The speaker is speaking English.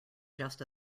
just